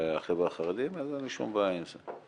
החבר'ה החרדים אז אין לי שום בעיה עם זה.